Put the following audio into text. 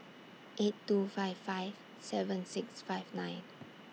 eight two five five seven six five nine